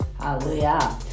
hallelujah